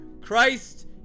Christ